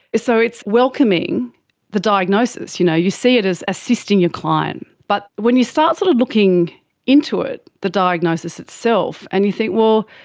so it's welcoming the diagnosis, you know you see it as assisting your client. but when you start sort of looking into it, the diagnosis itself, and you think, well,